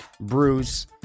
Bruce